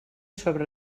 sobre